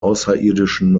außerirdischen